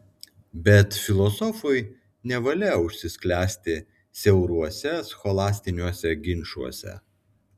bet filosofui nevalia užsisklęsti siauruose scholastiniuose ginčuose